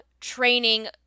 training